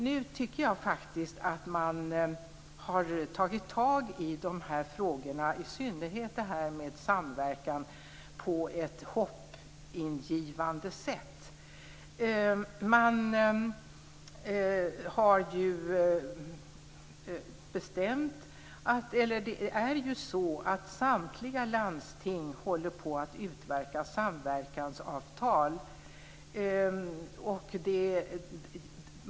Jag tycker att man nu faktiskt på ett hoppingivande sätt har tagit tag i de här frågorna, i synnerhet när det gäller samverkan. Samtliga landsting håller på att utverka samverkansavtal.